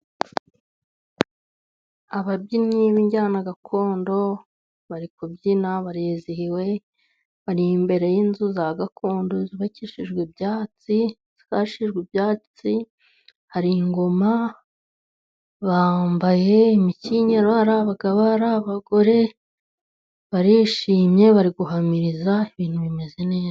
Ababyinnyi b'injyana gakondo bari kubyina barizihiwe bari imbere y'inzu za gakondo zubakishijwe ibyatsi zashijwe ibyatsi, hari ingoma bambaye imikinyero ari abagabo ari abagore barishimye bari guhamiriza ibintu bimeze neza.